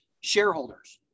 shareholders